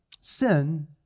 sin